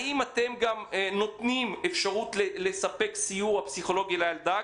האם אתם גם נותנים אפשרות לספק סיוע פסיכולוגי לילדה?